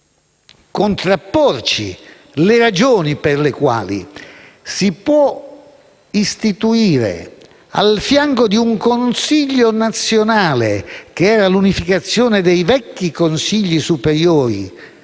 di contrapporci le ragioni per le quali si può istituire, al fianco di un consiglio nazionale dei beni culturali che era l'unificazione dei vecchi consigli superiori